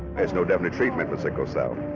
is no definite treatment for sickle cell.